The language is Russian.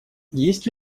есть